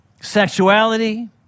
sexuality